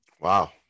wow